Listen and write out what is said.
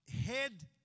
head